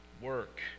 work